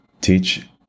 teach